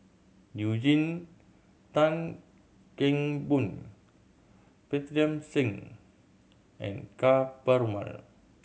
Eugene Tan Kheng Boon Pritam Singh and Ka Perumal